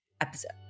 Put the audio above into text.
episode